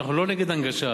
אנחנו לא נגד הנגשה.